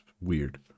weird